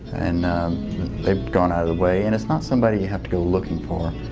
and they've gone out of the way and it's not somebody you have to go looking for.